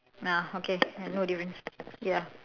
ya okay no difference ya